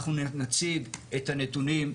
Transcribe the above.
אנחנו נציג את הנתונים,